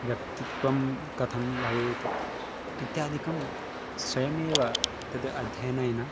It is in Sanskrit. व्यक्तित्वं कथं भवेत् इत्यादिकं स्वयमेव तद् अध्ययनेन